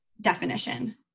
definition